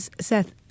Seth